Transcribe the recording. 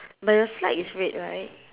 but your slide is red right